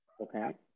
Okay